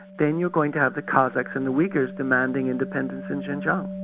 then you're going to have the kazakhs and the weigar demanding independence in xinjiang.